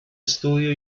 estudio